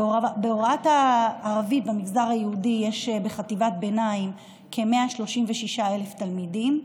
בהוראת הערבית במגזר היהודי יש בחטיבת הביניים כ-136,000 תלמידים,